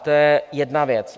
To je jedna věc.